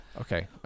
Okay